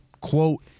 quote